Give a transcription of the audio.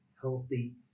healthy